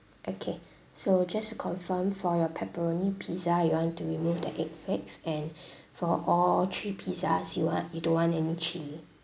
okay so just to confirm for your pepperoni pizza you want to remove the eggs flakes and for all three pizzas you want you don't want any chilli